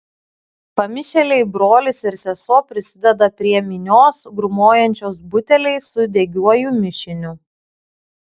pamišėliai brolis ir sesuo prisideda prie minios grūmojančios buteliais su degiuoju mišiniu